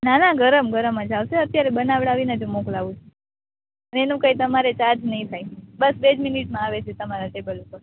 ના ના ગરમ ગરમ જ આવસે અત્યારે બનવડાવી જ મોકલાવું એનું કઈ તમારે ચાર્જ નઇ થાય બસ બેજ મિનિટ આવે છે તમારા ટેબલ ઉપર